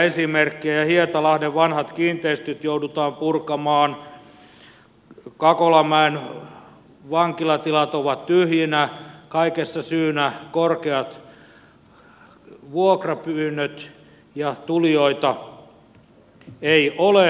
hietalahden vanhat kiinteistöt joudutaan purkamaan kakolanmäen vankilatilat ovat tyhjinä kaikissa syynä korkeat vuokrapyynnöt ja tulijoita ei ole